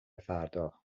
فردا